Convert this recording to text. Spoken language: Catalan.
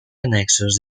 annexos